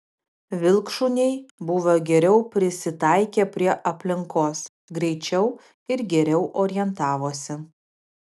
vilkšuniai buvo geriau prisitaikę prie aplinkos greičiau ir geriau orientavosi